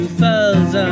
falls